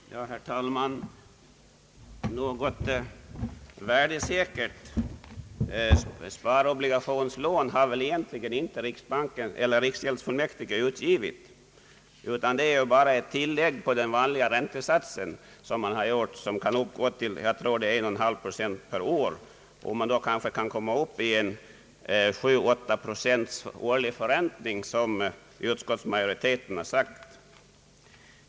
Herr talman! Något värdesäkert sparobligationslån har väl riksgäldsfullmäktige egentligen inte utgivit. Det rör sig snarare om ett tillägg med 11/2 procent per år på den vanliga räntesatsen. Därigenom kommer man upp till den årliga förräntning på 7—8 procent som utskottsmajoriteten nämnt.